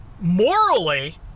morally